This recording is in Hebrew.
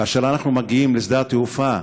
כאשר אנחנו מגיעים לשדה התעופה,